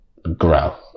Grow